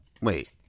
Wait